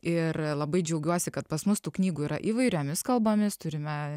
ir labai džiaugiuosi kad pas mus tų knygų yra įvairiomis kalbomis turime